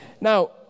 Now